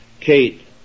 Kate